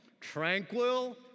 tranquil